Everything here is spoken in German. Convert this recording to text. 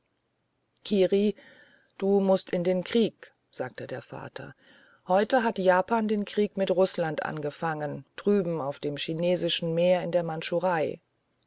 kiri du mußt in den krieg sagte der vater heute hat japan den krieg mit rußland angefangen drüben über dem chinesischen meer in der